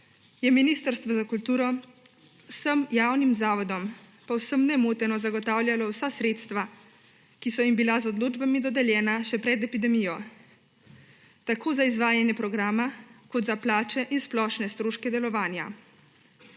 je Ministrstvo za kulturo vsem javnim zavodom povsem nemoteno zagotavljalo vsa sredstva, ki so jim bila z odločbami dodeljena še pred epidemijo, tako za izvajanje programa kot za plače in splošne stroške delovanja.